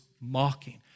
mocking